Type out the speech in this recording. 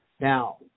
Now